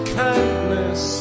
kindness